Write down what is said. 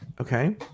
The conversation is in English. okay